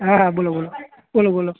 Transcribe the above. હા હા બોલો બોલો બોલો બોલો